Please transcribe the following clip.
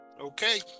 okay